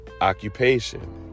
occupation